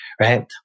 right